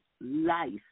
life